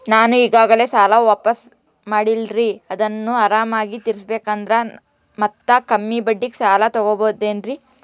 ನಾನು ಈಗಾಗಲೇ ಸಾಲ ವಾಪಾಸ್ಸು ಮಾಡಿನಲ್ರಿ ಅದನ್ನು ಆರಾಮಾಗಿ ತೇರಿಸಬೇಕಂದರೆ ಮತ್ತ ಕಮ್ಮಿ ಬಡ್ಡಿಗೆ ಸಾಲ ತಗೋಬಹುದೇನ್ರಿ?